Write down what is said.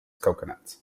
coconuts